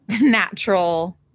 natural